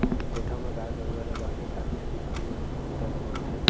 कोठा म गाय गरुवा ल बांधे खातिर किसान मन ह खूटा ल बउरथे